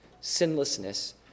sinlessness